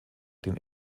den